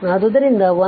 ಆದ್ದರಿಂದ 1